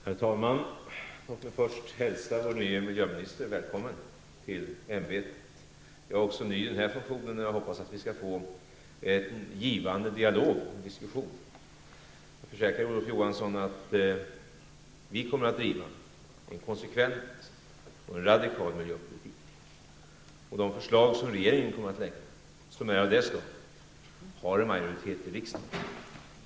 Herr talman! Låt mig först hälsa vår nye miljöminister välkommen till ämbetet. Jag är också ny i den här funktionen, och jag hoppas att vi skall få en givande dialog och diskussion. Jag försäkrar Olof Johansson att vi kommer att driva en konsekvent och radikal miljöpolitik. De förslag som jag har läst om att regeringen kommer att lägga fram har en majoritet i riksdagen bakom sig.